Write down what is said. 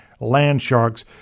Landsharks